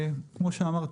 כאמור,